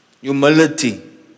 Humility